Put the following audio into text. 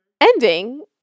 ending